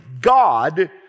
God